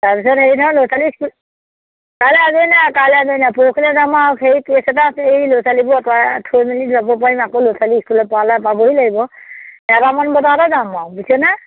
তাৰপিছত হেৰি নহয় ল'ৰা ছোৱালীৰ ইস্কুল কাইলে আজৰি নাই কাইলে আজৰি নাই পৰহিলে যাম আৰু সেই কেছ এটা এই ল'ছালিবোৰ অতাই থৈ মেলি যাব পাৰিম আকৌ ল'ছালি ইস্কুলত পোৱালে পাবহি লাগিব এটামান বজাতে যাম আৰু বুজিছে নে